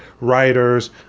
writers